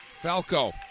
Falco